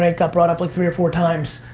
ah got brought up like three or four times.